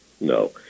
No